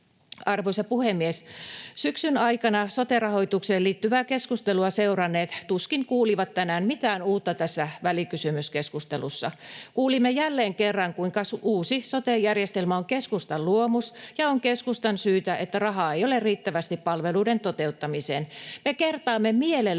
Arvoisa puhemies! Syksyn aikana sote-rahoitukseen liittyvää keskustelua seuranneet tuskin kuulivat tänään mitään uutta tässä välikysymyskeskustelussa. Kuulimme jälleen kerran, kuinka uusi sote-järjestelmä on keskustan luomus ja on keskustan syytä, että rahaa ei ole riittävästi palveluiden toteuttamiseen. Me kertaamme mielellämme